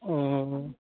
अह